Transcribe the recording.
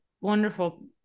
wonderful